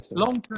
long-term